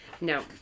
No